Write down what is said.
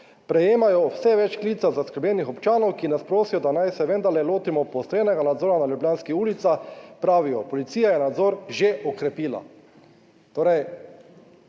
Prejemajo vse več klicev zaskrbljenih občanov, ki nas prosijo, da naj se vendarle lotimo poostrenega nadzora na ljubljanskih ulicah. Pravijo, policija je nadzor že okrepila.